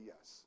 yes